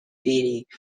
beatty